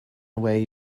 away